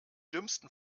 dümmsten